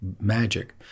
magic